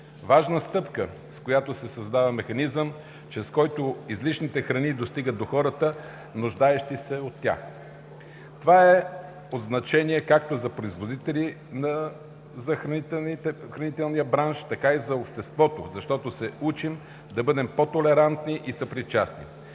Важна стъпка, с която се създава механизъм, чрез който излишните храни достигат до хората, нуждаещи се от тях. Това е от значение както за производителите, за хранителния бранш, така и за обществото, защото се учим да бъдем по-толерантни и съпричастни.